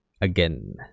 again